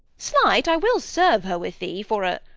slight, i will serve her with thee, for a